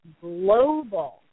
global